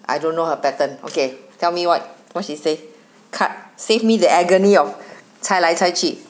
I don't know her pattern okay tell me what what she say cut save me the agony of 猜来猜去